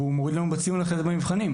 הוא מסתכן בפגיעה בציון ובמבחנים,